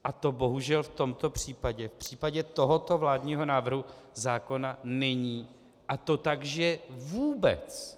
A to bohužel v tomto případě, v případě tohoto vládního návrhu zákona, není, a to tak, že vůbec!